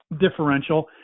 differential